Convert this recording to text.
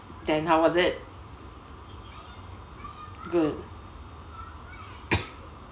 then how was it good